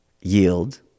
yield